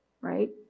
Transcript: right